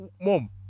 mom